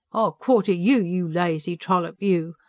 i'll quarter you, you lazy trollop, you!